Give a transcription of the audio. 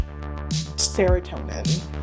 serotonin